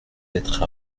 être